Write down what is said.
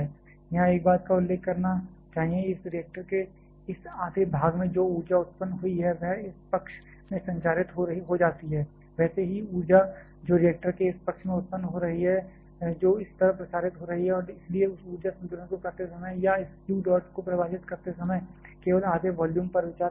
यहाँ एक बात का उल्लेख करना चाहिए इस रिएक्टर के इस आधे भाग में जो ऊर्जा उत्पन्न हुई है वह इस पक्ष में संचरित हो जाती है वैसे ही ऊर्जा जो रिएक्टर के इस पक्ष में उत्पन्न हो रही है जो इस तरफ प्रसारित हो रही है और इसलिए इस ऊर्जा संतुलन को करते समय या इस q डॉट को परिभाषित करते समय केवल आधे वॉल्यूम पर विचार कर रहे हैं